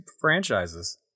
franchises